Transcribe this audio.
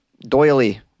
doily